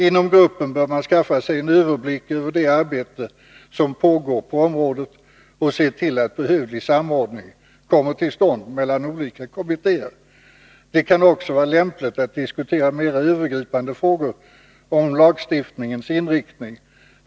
I gruppen bör man skaffa sig en överblick över det arbete som pågår på området och se till att behövlig samordning kommer till stånd mellan olika kommittéer. Det kan också vara lämpligt att diskutera mera övergripande frågor om lagstiftningens inriktning.